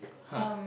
!huh!